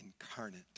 incarnate